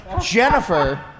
Jennifer